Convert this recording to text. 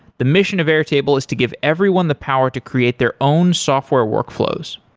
the mission of airtable is to give everyone the power to create their own software workflows,